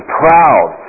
proud